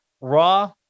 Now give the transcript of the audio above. raw